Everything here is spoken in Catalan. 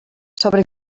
sobre